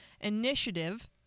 Initiative